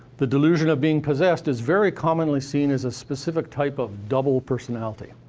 the delusion of being possessed is very commonly seen as a specific type of double personality